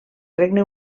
regne